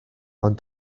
ond